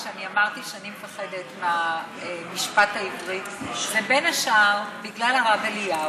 כשאני אמרתי לך שאני פוחדת מהמשפט העברי זה בין השאר בגלל הרב אליהו,